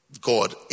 God